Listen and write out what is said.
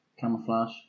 camouflage